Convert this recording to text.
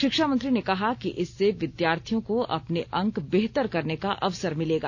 शिक्षा मंत्री ने कहा कि इससे विद्यार्थियों को अपने अंक बेहतर करने का अवसर मिलेगा